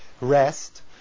rest